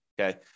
okay